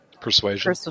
Persuasion